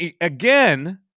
again